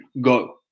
go